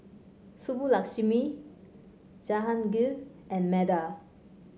Subbulakshmi Jahangir and Medha